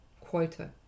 quota